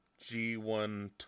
G1